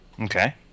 Okay